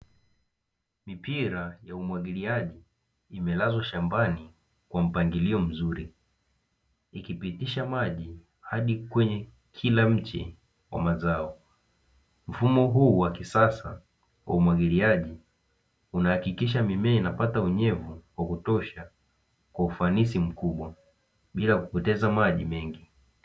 Mipira ya umwagiliaji imelazwa shambani kwa mpangilio mzuri, ikipitisha maji hadi kwenye kila mche wa mazao, mfumo huu wa kisasa wa umwagiliaji, unahakikisha mimea inapata unyevu wa kutosha, kwa ufanisi mkubwa bila kupoteza maji mengi.